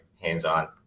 hands-on